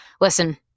Listen